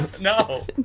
No